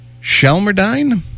Shelmerdine